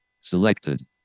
Selected